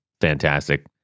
fantastic